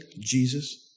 Jesus